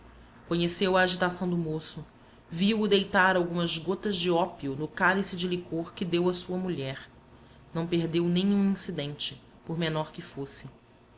conheceu a agitação do moço viu-o deitar algumas gotas de ópio no cálice de licor que deu à sua mulher não perdeu nem um incidente por menor que fosse